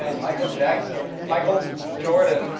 and michael jackson. michael jordan